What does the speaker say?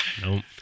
Nope